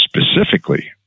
specifically